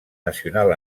nacional